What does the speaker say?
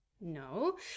no